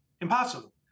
Impossible